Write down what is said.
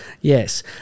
Yes